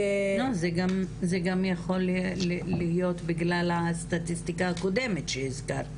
זה גם יכול להיות בגלל הסטטיסטיקה הקודמת שהזכרת,